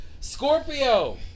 Scorpio